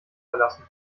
verlassen